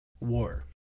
war